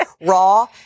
raw